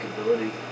ability